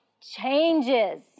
changes